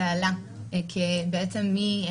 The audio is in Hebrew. זה עלה כשבעצם השאלה הייתה